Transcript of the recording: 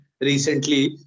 recently